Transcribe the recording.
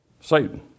Satan